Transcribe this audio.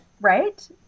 right